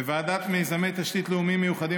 בוועדת מיזמי תשתית לאומיים מיוחדים